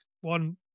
One